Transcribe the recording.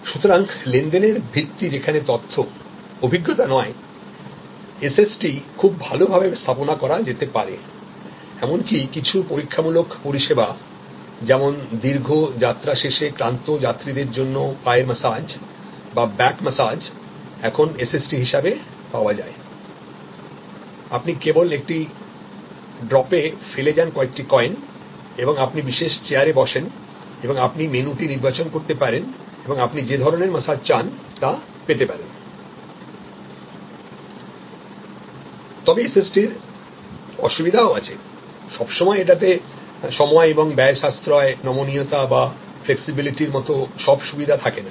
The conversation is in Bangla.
সুতরাং লেনদেনের ভিত্তি যেখানে তথ্য অভিজ্ঞতা নয়এসএসটি খুব ভাল ভাবে স্থাপনা করা যেতে পারে এমনকি কিছু পরীক্ষামূলক পরিষেবা যেমন দীর্ঘ যাত্রা শেষে ক্লান্ত যাত্রীদের জন্য পায়ের ম্যাসেজ বা ব্যাক ম্যাসেজ এখন এসএসটি হিসাবে পাওয়া যায় আপনি কেবল একটি ড্রপে ফেলে যান কয়েকটি কয়েন এবং আপনি বিশেষ চেয়ারে বসেন এবং আপনি মেনুটি নির্বাচন করতে পারেন এবং আপনি যে ধরণের ম্যাসেজ চান তা পেতে পারেন তবে এসএসটিরঅসুবিধাও আছে সব সময় এটাতে সময় এবং ব্যয় সাশ্রয় নমনীয়তা বা ফ্লেক্সিবিলিত মত সব সুবিধা থাকে না